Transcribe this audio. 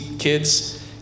Kids